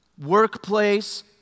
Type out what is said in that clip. Workplace